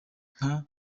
nka